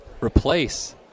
replace